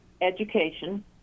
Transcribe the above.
education